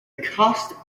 cost